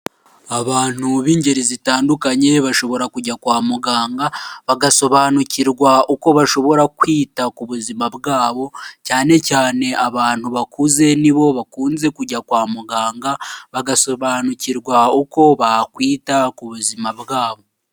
Abantu b'ingeri zitandukanye bashobora kujya kwa muganga bagasobanukirwa uko bashobora kwita ku buzima bwabo cyane cyane abantu bakuze nibo bakunze kujya kwa muganga bagasobanukirwa uko bakwita ku buzima bwabo.